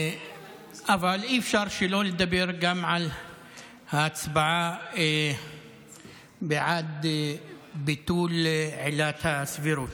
אבל אי-אפשר שלא לדבר גם על ההצבעה בעד ביטול עילת הסבירות.